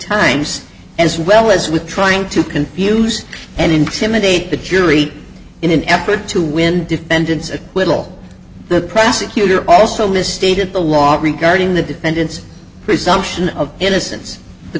times as well as with trying to confuse and intimidate the jury in an effort to win defendants a little the prosecutor also misstated the law regarding the defendant's presumption of innocence the